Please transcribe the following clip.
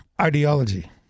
ideology